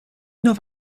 nur